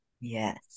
yes